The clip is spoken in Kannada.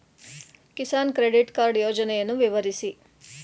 ಕಿಸಾನ್ ಕ್ರೆಡಿಟ್ ಕಾರ್ಡ್ ಯೋಜನೆಯನ್ನು ವಿವರಿಸಿ?